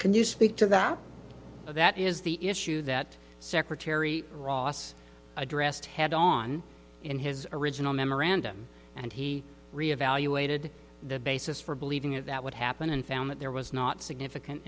can you speak to that that is the issue that secretary ross addressed head on in his original memorandum and he reevaluated the basis for believing it that would happen and found that there was not significant